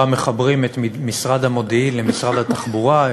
מחברים את משרד המודיעין למשרד התחבורה,